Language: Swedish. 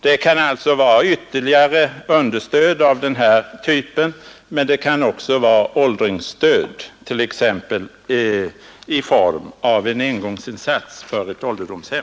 Det kan vara fråga om ytterligare understöd av hittillsvarande typ men det kan också vara åldringsstöd, t.ex. i form av en engångsinsats för ett ålderdomshem.